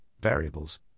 variables